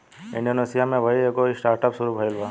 Indonesia में अबही एगो स्टार्टअप शुरू भईल बा